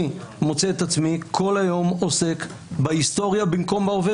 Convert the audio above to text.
אני מוצא את עצמי כל היום עוסק בהיסטוריה במקום בהווה